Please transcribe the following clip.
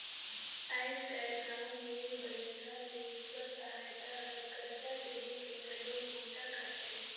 आयज कायल गांव मे बड़िहा ले स्व सहायता हर करजा देहे के घलो बूता करथे